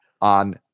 on